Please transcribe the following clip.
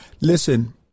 Listen